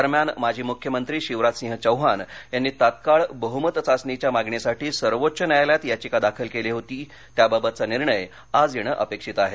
दरम्यान माजी मुख्यमंत्री शिवराजसिंह चौहान यांनी तत्काळ बहुमत चाचणीच्या मागणीसाठी सर्वोच्च न्यायालयात याचिका दाखल केली असून त्याबाबतचा निर्णय आज येणं अपेक्षित आहे